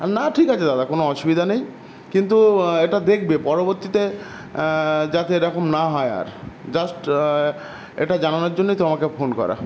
আর না ঠিক আছে দাদা কোনো অসুবিধা নেই কিন্তু এটা দেখবে পরবর্তীতে যাতে এরকম না হয় আর জাস্ট এটা জানানোর জন্যেই তোমাকে ফোন করা